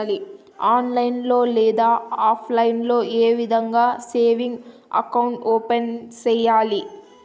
online లో లేదా offline లో ఏ విధంగా సేవింగ్ అకౌంట్ ఓపెన్ సేయాలి